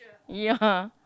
ya